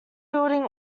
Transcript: building